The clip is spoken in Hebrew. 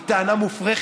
זו טענה מופרכת,